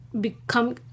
become